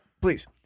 Please